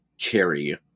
carry